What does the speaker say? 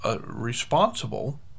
responsible